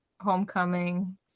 Homecoming